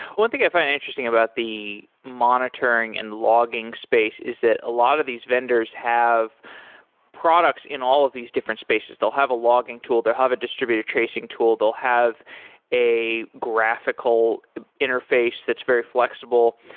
one thing i find interesting about the monitoring and logging space is that a lot of these vendors have products in all of these different spaces. they'll have a logging tool, they'll have a distributor tracing tool, they'll have a graphical interface that's very flexible,